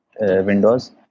Windows